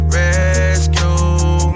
rescue